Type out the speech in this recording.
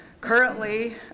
Currently